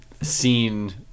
scene